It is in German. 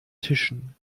tischen